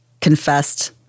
confessed